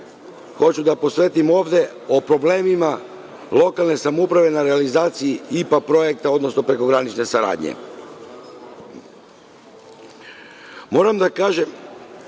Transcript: hoću da posvetim ovde o problemima lokalne samouprave na realizaciji IPA projekta, odnosno prekogranične saradnje. Moram da kažem